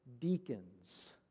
deacons